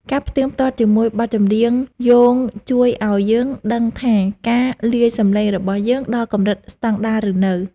ការផ្ទៀងផ្ទាត់ជាមួយបទចម្រៀងយោងជួយឱ្យយើងដឹងថាការលាយសំឡេងរបស់យើងដល់កម្រិតស្ដង់ដារឬនៅ។